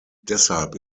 deshalb